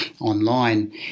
online